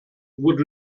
would